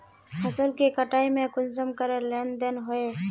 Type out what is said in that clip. फसल के कटाई में कुंसम करे लेन देन होए?